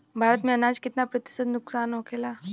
भारत में अनाज कितना प्रतिशत नुकसान होखेला?